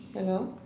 hello